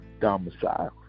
domicile